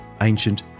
ancient